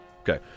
Okay